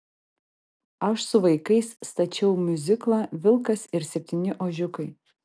aš su vaikais stačiau miuziklą vilkas ir septyni ožiukai